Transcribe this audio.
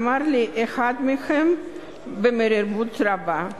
אמר לי אחד מהם במרירות רבה.